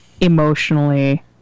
emotionally